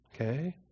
Okay